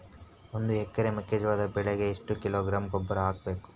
ಒಂದು ಎಕರೆ ಮೆಕ್ಕೆಜೋಳದ ಬೆಳೆಗೆ ಎಷ್ಟು ಕಿಲೋಗ್ರಾಂ ಗೊಬ್ಬರ ಹಾಕಬೇಕು?